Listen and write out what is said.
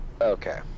Okay